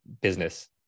business